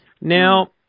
Now